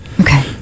Okay